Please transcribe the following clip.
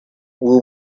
will